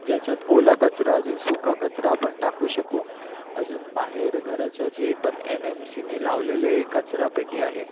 ज्याच्यात ओला कचरा अजून सुका कचरा आपण टाकू शकू अजून बाहेर घराच्या जेपण एनएमसीने लावलेले कचरा पेटी आहे